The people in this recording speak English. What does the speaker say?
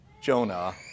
Jonah